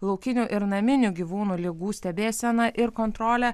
laukinių ir naminių gyvūnų ligų stebėsena ir kontrolė